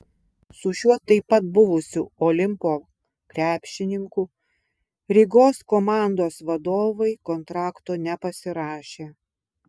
su šiuo taip pat buvusiu olimpo krepšininku rygos komandos vadovai kontrakto nepasirašė